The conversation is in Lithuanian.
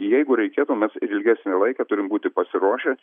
jeigu reikėtų mes ir ilgesnį laiką turim būti pasiruošę